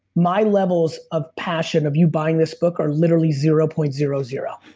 my levels of passion of you buying this book are literally zero point zero zero.